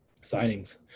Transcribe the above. signings